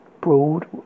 broad